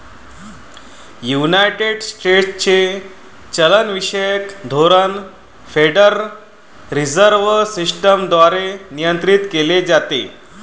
United स्टेट्सचे चलनविषयक धोरण फेडरल रिझर्व्ह सिस्टम द्वारे नियंत्रित केले जाते